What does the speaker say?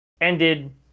ended